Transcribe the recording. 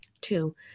Two